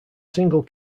single